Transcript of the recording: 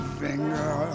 finger